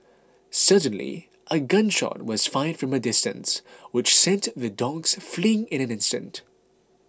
suddenly a gun shot was fired from a distance which sent the dogs fleeing in an instant